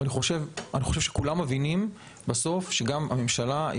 שכולם מבינים בסוף שגם הממשלה,